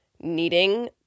needing